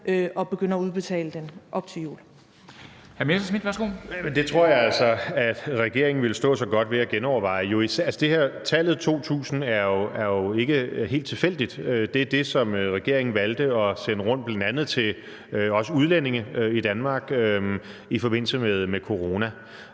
Morten Messerschmidt (DF): Men det tror jeg altså at regeringen ville stå sig godt ved at genoverveje. Tallet 2.000 kr. er jo ikke helt tilfældigt. Det er det, som regeringen valgte at sende rundt, bl.a. til også udlændinge i Danmark, i forbindelse med corona.